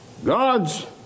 God's